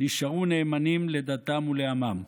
נשארו נאמנים לדתם ולעמם.